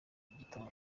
igitoro